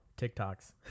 TikToks